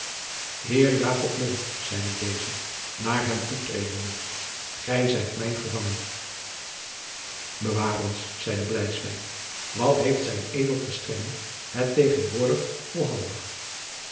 mom zeide deze naar hem toetredende gij zijt mijn gevangen bewaar ons zeide bleiswyk wat heeft zijn edel gestrenge het tegenwoordig volhandig